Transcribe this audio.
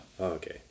okay